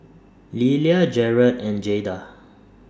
Lelia Jarrett and Jayda